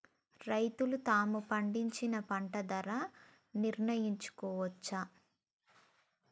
రైతులు తాము పండించిన పంట ధర నిర్ణయించుకోవచ్చా?